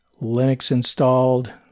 Linux-installed